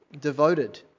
devoted